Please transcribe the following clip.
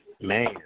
Man